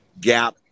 gap